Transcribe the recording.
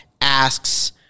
asks